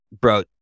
bro